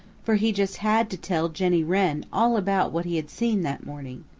for he just had to tell jenny wren all about what he had seen that morning.